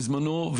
בזמנו,